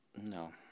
No